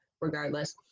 regardless